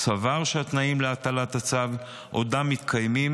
סבר שהתנאים להטלת הצו עודם מתקיימים,